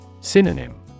Synonym